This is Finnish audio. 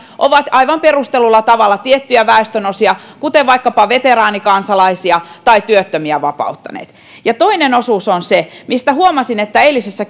ovat aivan perustellulla tavalla tiettyjä väestönosia kuten vaikkapa veteraanikansalaisia tai työttömiä vapauttaneet toinen osuus on se mistä huomasin että eilisessä